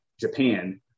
Japan